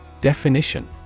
Definition